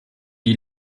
die